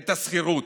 את השכירות,